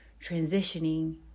transitioning